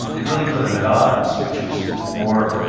it really put him at odds, which was more,